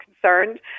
concerned